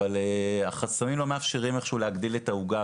אבל החסמים לא מאפשרים איך שהוא להגדיל את העוגה,